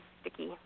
sticky